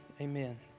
amen